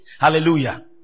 Hallelujah